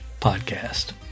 Podcast